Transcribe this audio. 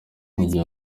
iryo